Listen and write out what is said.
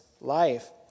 life